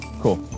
cool